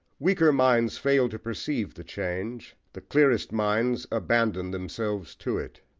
weaker minds fail to perceive the change the clearest minds abandon themselves to it.